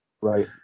Right